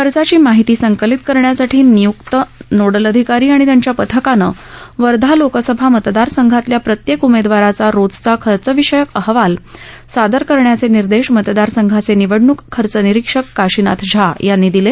खर्चाची माहिती संकलित करण्यासाठी नियूक्त नोडल अधिकारी आणि त्यांच्या पथकानं वर्धा लोकसभा मतदारसंघातल्या प्रत्येक उमेदवाराचा रोजचा खर्चविषयक अहवाल सादर करण्याचे निर्देश मतदारसंघाचे निवडणूक खर्च निरीक्षक काशीनाथ झा यांनी दिले